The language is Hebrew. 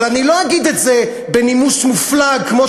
אבל אני לא אגיד את זה בנימוס מופלג כמו